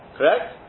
Correct